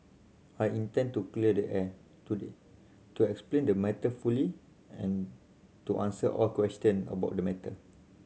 I intend to clear the air today to explain the matter fully and to answer all question about the matter